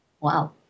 Wow